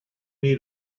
need